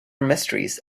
mysteries